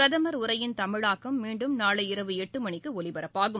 பிரதமர் உரையின் தமிழாக்கம் மீண்டும் நாளை இரவு எட்டு மணிக்கு ஒலிபரப்பாகும்